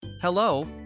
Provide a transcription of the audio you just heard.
Hello